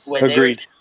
Agreed